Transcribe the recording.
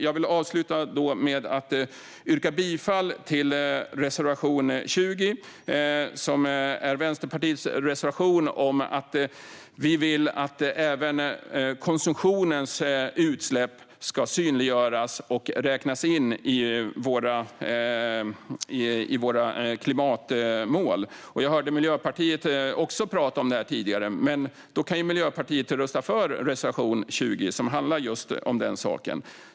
Jag vill avsluta med att yrka bifall till Vänsterpartiets reservation 20, som handlar om att vi vill att även konsumtionens utsläpp ska synliggöras och räknas in i våra klimatmål. Jag hörde att också Miljöpartiet talade om det tidigare. Då kan ju Miljöpartiet rösta för reservation 20, som handlar om just den saken.